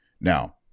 Now